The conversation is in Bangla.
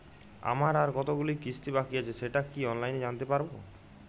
আমার আর কতগুলি কিস্তি বাকী আছে সেটা কি অনলাইনে জানতে পারব?